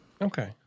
Okay